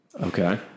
Okay